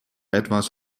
etwas